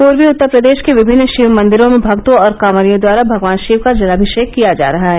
पूर्वी उत्तर प्रदेश के विभिन्न शिवमंदिरों में भक्तों और कांवरियों द्वारा भगवान शिव का जलाभि ीक किया जा रहा है